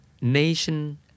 nation